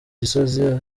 gisozi